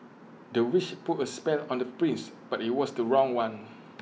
the witch put A spell on the prince but IT was the wrong one